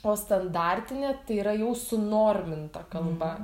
o standartinė tai yra jų sunorminta kalba